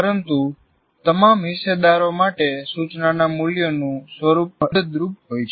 પરંતુ તમામ હિસ્સેદારો માટે સૂચનાના મૂલ્યોનું સ્વરૂપ મદદરૂપ હોય છે